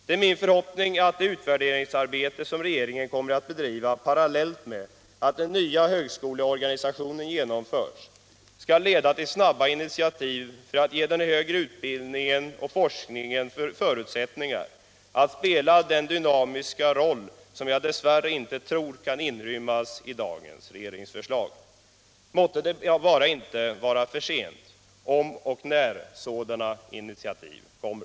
Det är min förhoppning att det utvärderingsarbete som regeringen kommer att bedriva parallellt med att den nya högskoleorganisationen genomförs skall leda till snabba initiativ för att ge den högre utbildningen och forskningen förutsättningar att spela den dynamiska roll som jag dess värre inte tror kan inrymmas i dagens regeringsförslag. Måtte det bara inte vara för sent om och när sådana initiativ kommer.